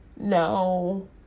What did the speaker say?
no